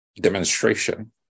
demonstration